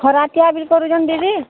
ଖରାଟିଆ ବି କରୁଛନ୍ତି ଦିଦି